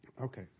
Okay